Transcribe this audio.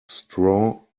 straw